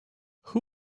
who